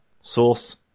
Source